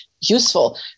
useful